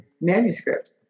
manuscript